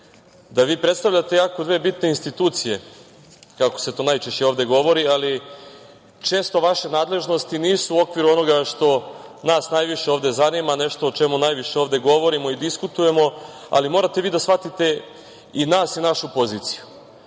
da vi predstavljate jako bitne dve institucije kako se to najčešće ovde govori, ali često vaše nadležnosti nisu u okviru onoga što nas najviše ovde zanima, nešto o čemu najviše ovde govorimo i diskutujemo, ali morate da shvatite i nas i našu poziciju. Dakle,